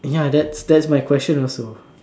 ya that's that's my question also